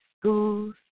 schools